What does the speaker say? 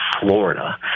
Florida